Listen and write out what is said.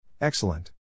Excellent